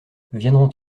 viendront